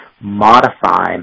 modify